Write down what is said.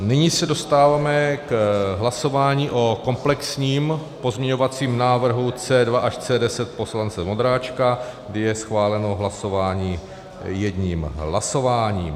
Nyní se dostáváme k hlasování o komplexním pozměňovacím návrhu C2 až C10 poslance Vondráčka, kdy je schváleno hlasování jedním hlasováním.